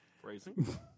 Phrasing